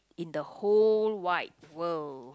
in the whole wide world